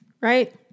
Right